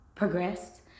progressed